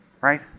right